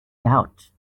doubt